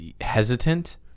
hesitant